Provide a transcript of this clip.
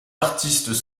artistes